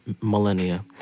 millennia